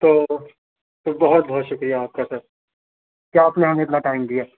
تو تو بہت بہت شُکریہ آپ کا سر کہ آپ نے ہمیں اتنا ٹائم دیا